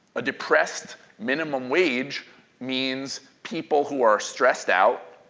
a depressed minimum wage means people who are stressed out,